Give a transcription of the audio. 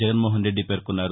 జగన్మోహన్ రెడ్డి పేర్కొన్నారు